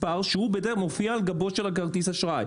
מספר שהוא בנתיים מופיע על גבו של כרטיס האשראי.